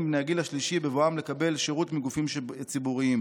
בני הגיל השלישי בבואם לקבל שירות מגופים ציבוריים.